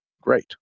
great